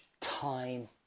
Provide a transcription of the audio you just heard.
time